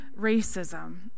racism